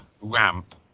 ramp